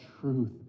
truth